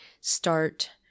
start